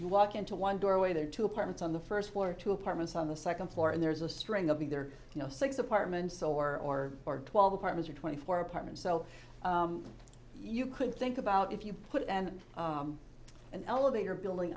you walk into one doorway there are two apartments on the first floor two apartments on the second floor and there's a string of either you know six apartments or twelve apartments or twenty four apartments so you could think about if you put and an elevator building